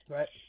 Right